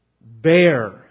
bear